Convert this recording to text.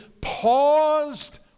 paused